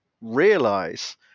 realize